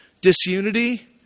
Disunity